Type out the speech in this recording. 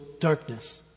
darkness